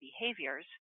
behaviors